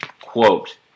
quote